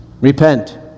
Repent